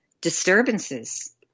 disturbances